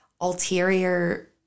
ulterior